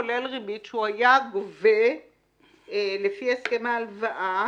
כולל ריבית שהוא היה גובה לפי הסכם ההלוואה,